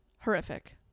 Horrific